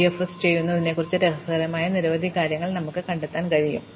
DFS ചെയ്യുന്നു ഇതിനെക്കുറിച്ച് രസകരമായ നിരവധി കാര്യങ്ങൾ ഞങ്ങൾക്ക് കണ്ടെത്താൻ കഴിയും